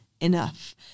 enough